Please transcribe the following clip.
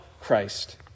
Christ